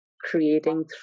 creating